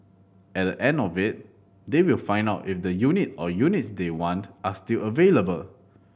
at the end of it they will find out if the unit or units they want are still available